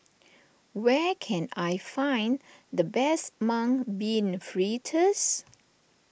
where can I find the best Mung Bean Fritters